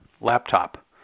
laptop